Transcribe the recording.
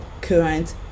current